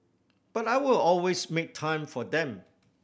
but I will always make time for them